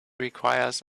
requires